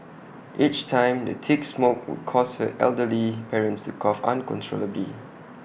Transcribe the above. each time the thick smoke would cause her elderly parents to cough uncontrollably